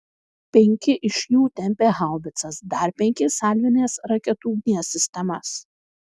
penki iš jų tempė haubicas dar penki salvinės raketų ugnies sistemas